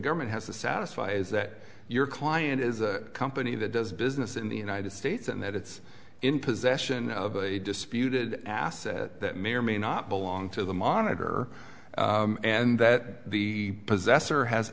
government has to satisfy is that your client is a company that does business in the united states and that it's in possession of a disputed asset that may or may not belong to the monitor and that the possessor has